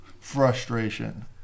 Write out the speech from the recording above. frustration